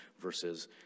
versus